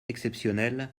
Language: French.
exceptionnel